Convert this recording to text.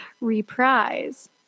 Reprise